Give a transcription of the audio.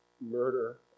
murder